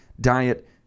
diet